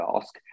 ask